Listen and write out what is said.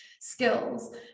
skills